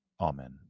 Amen